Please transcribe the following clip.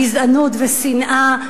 גזענות ושנאה.